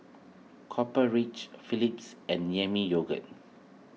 Copper Ridge Philips and Yami Yogurt